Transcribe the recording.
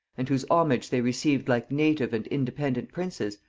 and whose homage they received like native and independent princes,